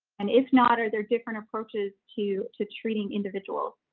and if not, are there different approaches to to treating individuals?